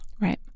Right